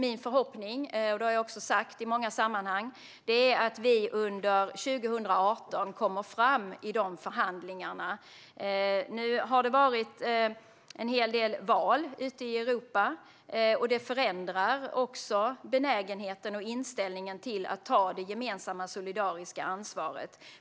Min förhoppning - som jag också har uttalat i många sammanhang - är att vi under 2018 kommer fram i dessa förhandlingar. Nu har det varit en hel del val i Europa, och det förändrar också benägenheten och inställningen till att ta det gemensamma solidariska ansvaret.